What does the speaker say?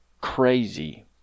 crazy